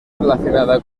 relacionada